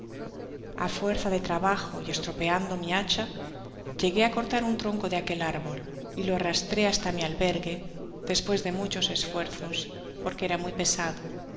á fuerza de trabajo y estropeando mi hacha llegué á cortar un tronco de aquel árbol y lo arrastré hasta mi al bergue despues de muchos esfuerzos porque era muy pesado